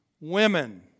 Women